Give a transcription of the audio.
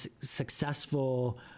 successful